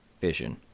vision